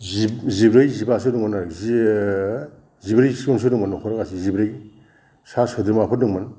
जिब्रै जिबासो दंमोन आरो जि जिब्रैसेबांसो दंमोन न'खराव जिब्रै सा सोद्रोमाफोर दंमोन